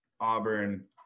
Auburn